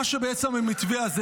מה שאומר המתווה הזה,